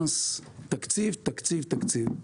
תקציב, תקציב, תקציב.